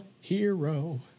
Hero